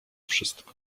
wszystko